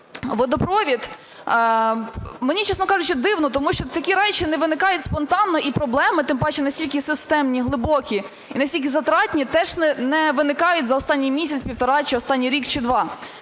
водопровід, мені, чесно кажучи, дивно, тому що такі речі не виникають спонтанно, і проблеми, тим паче на стільки системні і глибокі, і на стільки затратні, теж не виникають за останній місяць-півтора чи останній рік, чи два.